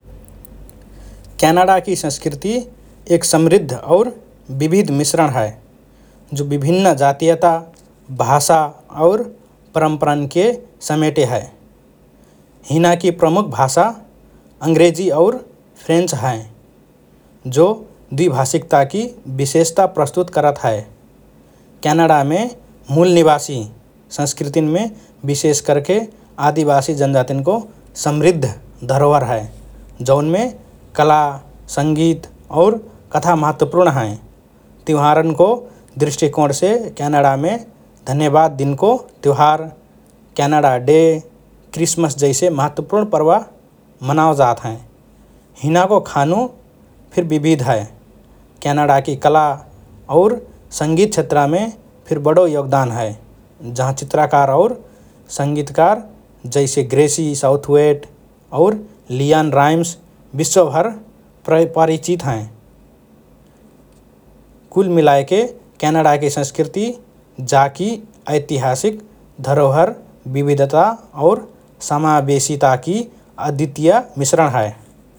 क्यानडाकि संस्कृति एक समृद्ध और विविध मिश्रण हए, जो विभिन्न जातीयता, भाषा और परम्परान्के समेटे हए । हिनाकि प्रमुख भाषा अंग्रेजी और फ्रेन्च हएँ जो द्विभाषिकताकि विशेषता प्रस्तुत करत हए । क्यानडामे मूल निवासी संस्कृतिन्मे विशेष करके आदिवासी जनजातिन्को समृद्ध धरोहर हए, जौनमे कला, संगीत और कथा महत्वपूर्ण हएँ । त्युहारनको दृष्टिकोणसे क्यानडामे धन्यवाद दिनको त्युहार, क्यानडा डे, क्रिसमस जैसे महत्वपूर्ण पर्व मनाओ जात हएँ । हिनाको खानु फिर विविध हए । क्यानडाकि कला और संगीत क्षेत्रमे फिर बडो योगदान हए, जहाँ चित्रकार और संगीतकार जैसे ग्रेसी साउथवेट और लियान राइम्स विश्वभर पर–परिचित हएँ । कुल मिलाएके क्यानडाकि संस्कृति जाकि ऐतिहासिक धरोहर, विविधता और समावेशीताकि अद्वितीय मिश्रण हए ।